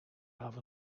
have